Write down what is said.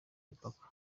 imipaka